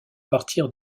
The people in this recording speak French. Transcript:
partir